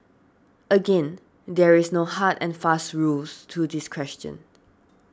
again there is no hard and fast rules to this question